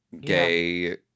gay